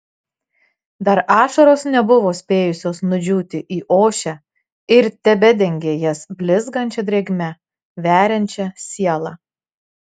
dar ašaros nebuvo spėjusios nudžiūti į ošę ir tebedengė jas blizgančia drėgme veriančia sielą